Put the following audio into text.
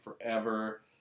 forever